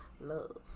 love